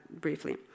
briefly